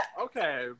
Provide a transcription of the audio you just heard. Okay